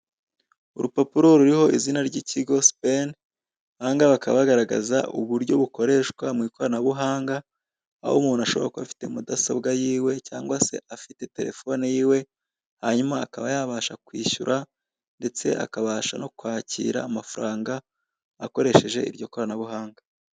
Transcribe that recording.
Urupapuro ruriho izina ry'ikigo supeni, aha ngaha bakaba bagaragaza uburyo bukoreshwa mu ikoranabuhanga, aho umuntu ashobora kuba afite mudasobwa yiwe cyangwa se afite telefone yiwe, hanyuma akaba yabasha kwishyura ndetse akabasha no kwakira amafaranga akoresheje iryo ikoranabuhanga.